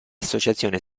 associazione